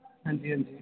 हां जी हां जी